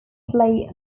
play